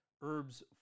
Herbs